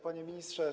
Panie Ministrze!